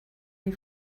die